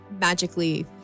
magically